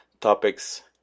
topics